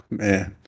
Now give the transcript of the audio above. man